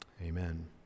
Amen